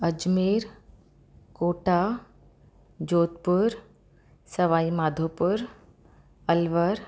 Ajmer Kota Jodhpur Sawai Madhopur Alwar